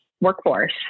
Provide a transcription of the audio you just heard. workforce